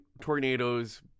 tornadoes